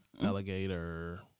alligator